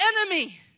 enemy